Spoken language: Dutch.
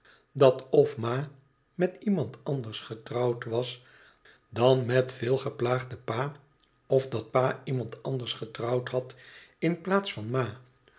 dat f ma met iemand anders getrouwd was dan met veelgeplaagden pa f dat pa iemand anders getrouwd had in plaats van ma